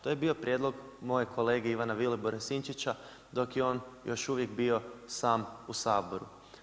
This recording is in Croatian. To je bio prijedlog mojeg kolege Ivana Vilibora Sinčića dok je on još uvijek bio sam u Saboru.